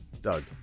Doug